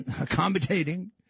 accommodating